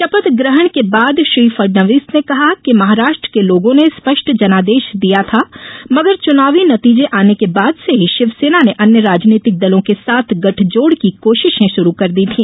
शपथग्रहण के बाद श्री फडणवीस ने कहा कि महाराष्ट्र के लोगों ने स्पष्ट जनादेश दिया था मगर चुनावी नतीजे आने के बाद से ही शिवसेना ने अन्य राजनीतिक दलों के साथ गठजोड़ की कोशिशे शुरू कर दी थी